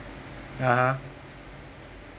(uh huh)